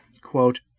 Quote